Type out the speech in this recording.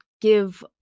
give